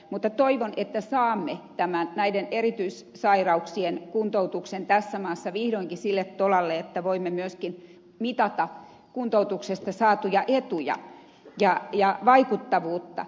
mutta toivon että saamme näiden erityissairauksien kuntoutuksen tässä maassa vihdoinkin sille tolalle että voimme myöskin mitata kuntoutuksesta saatuja etuja ja vaikuttavuutta